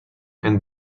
and